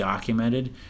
documented